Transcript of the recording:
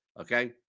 okay